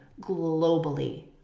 globally